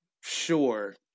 Sure